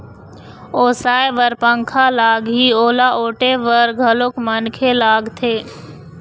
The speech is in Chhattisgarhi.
ओसाय बर पंखा लागही, ओला ओटे बर घलोक मनखे लागथे